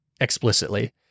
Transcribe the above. explicitly